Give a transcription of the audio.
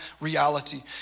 reality